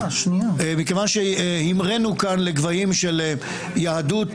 מכיוון שהמראנו כאן לגבהים של יהדות